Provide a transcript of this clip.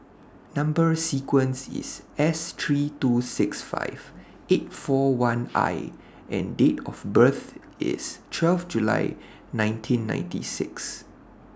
Number sequence IS S three two six five eight four one I and Date of birth IS twelve July nineteen ninety six